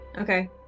Okay